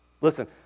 Listen